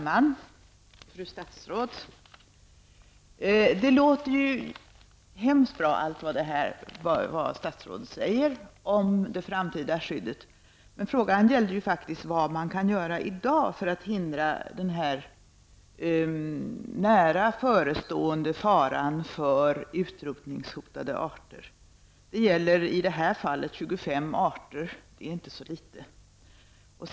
Herr talman! Fru statsråd! Allt vad statsrådet här säger om det framtida skyddet låter mycket bra, men frågan gällde faktiskt vad man kan göra i dag för att undanröja det nära förestående utrotningshotet mot vissa arter. Det gäller i det här fallet 25 arter, och det är inte så litet.